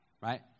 right